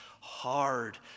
hard